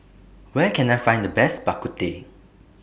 Where Can I Find The Best Bak Ku Teh